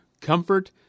comfort